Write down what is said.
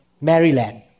Maryland